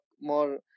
more